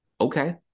Okay